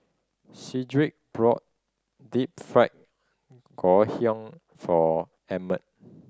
Sedrick brought Deep Fried Ngoh Hiang for Ammon